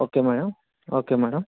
okay madam okay madam